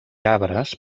arbres